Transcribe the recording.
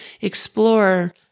explore